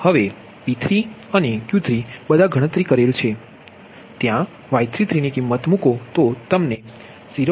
હવે P3 Q3 બધા ગણતરી કરેલ છે અને ત્યા Y33 ની કિમત મૂકો તો તમને 0